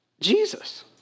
Jesus